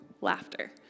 laughter